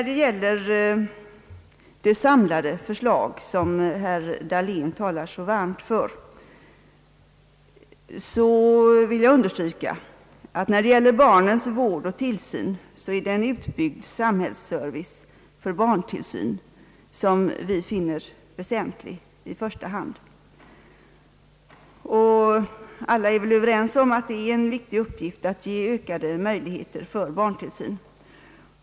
Beträffande det samlade förslag som herr Dahlén talar så varmt för vill jag understryka att när det gäller barnens vård och tillsyn så är det en utbyggd samhällsservice för barntillsynen som vi finner väsentlig i första hand. Alla är väl överens om att det är en viktig uppgift att skapa ökade möjligheter för barntillsyn.